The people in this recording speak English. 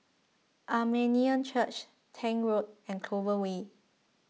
Armenian Church Tank Road and Clover Way